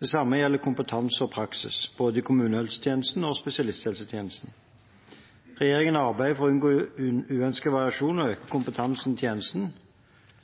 Det samme gjelder kompetanse og praksis både i kommunehelsetjenesten og i spesialisthelsetjenesten. Regjeringen arbeider for å unngå uønsket variasjon og øke kompetansen i tjenesten,